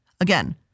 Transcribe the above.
Again